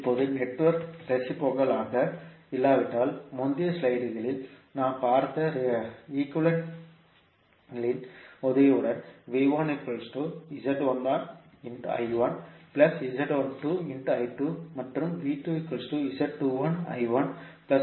இப்போது network reciprocal ஆக இல்லாவிட்டால் முந்தைய ஸ்லைடுகளில் நாம் பார்த்த ஈக்வேஷன்களின் உதவியுடன் மற்றும்